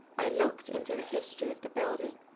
i looked into the history of the building.